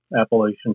Appalachian